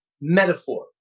metaphor